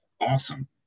Awesome